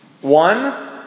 One